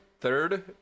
Third